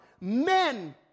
Men